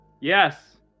Yes